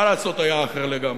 מה לעשות, היה אחר לגמרי.